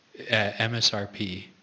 msrp